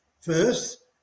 first